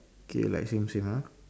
okay like same same ah